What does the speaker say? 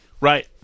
right